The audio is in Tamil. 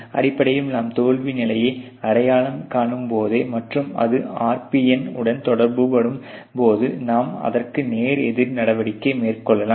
அடிப்படையில் நாம் தோல்வி நிலையை அடையலாம் காணும்போதே மற்றும் அது RPN உடன் தொடர்புபடும் போதும் நாம் அதற்கு நேர் எதிர் நடவடிக்கை மேற்கொள்ளலாம்